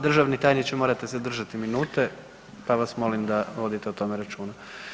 Državni tajniče, morate se držati minute, pa vas molim da vodite o tome računa.